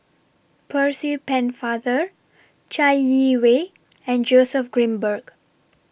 Percy Pennefather Chai Yee Wei and Joseph Grimberg